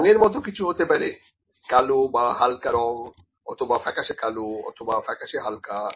রঙের মতো কিছু হতে পারে কালো বা হালকা রং অথবা ফ্যাকাশে কালো অথবা ফ্যাকাশে হালকা